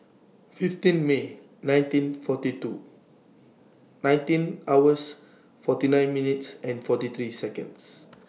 fifteen May nineteen forty two nineteen hours forty nine minutes forty three Seconds